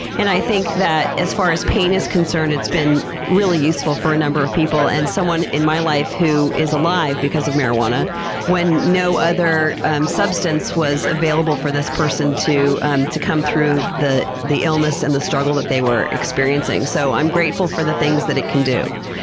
and i think that as far as pain is concerned, it's been really useful for a number of people and someone in my life who is alive because of marijuana when no other substance was available for this person to to come through the the illness and the struggle that they were experiencing. so i'm grateful for the things it can do.